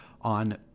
on